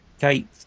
Kate